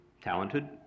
talented